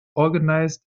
organized